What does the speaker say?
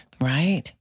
Right